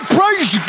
praise